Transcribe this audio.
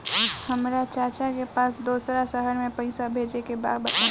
हमरा चाचा के पास दोसरा शहर में पईसा भेजे के बा बताई?